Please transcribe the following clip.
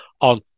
on